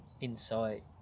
insight